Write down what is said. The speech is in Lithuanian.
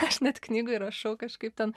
aš net knygoj rašau kažkaip ten